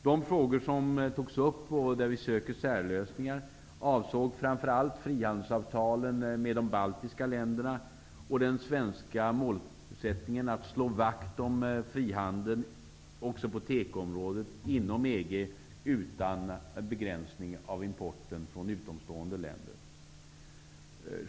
De frågor som togs upp -- och där vi söker särlösningar -- avsåg framför allt frihandelsavtalen med de baltiska staterna och den svenska målsättningen att slå vakt om frihandeln också på tekoområdet inom EG utan begränsning av importen från utomstående länder.